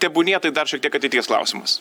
tebūnie tai dar šiek tiek ateities klausimas